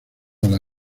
las